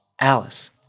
Alice